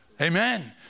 Amen